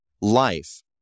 life